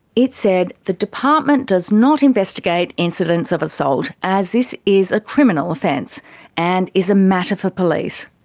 it said the department does not investigate incidents of assault as this is a criminal offence and. is a matter for police.